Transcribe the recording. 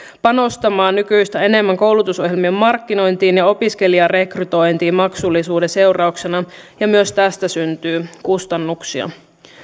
panostamaan nykyistä enemmän koulutusohjelmien markkinointiin ja opiskelijarekrytointiin maksullisuuden seurauksena myös tästä syntyy kustannuksia